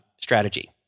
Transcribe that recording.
strategy